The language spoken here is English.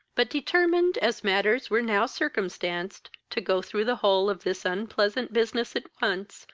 but determined, as matters were now circumstanced, to go through the whole of this unpleasant business at once,